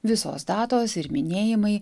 visos datos ir minėjimai